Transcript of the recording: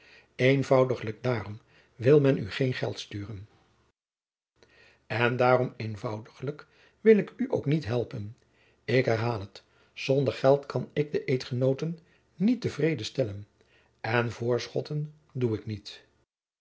eenvoudiglijk daarom wil men u geen geld sturen en daarom eenvoudiglijk wil ik u ook niet helpen ik herhaal het zonder geld kan ik de jacob van lennep de pleegzoon eedgenooten niet te vrede stellen en voorschotten doe ik niet